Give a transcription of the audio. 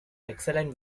excellent